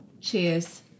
Cheers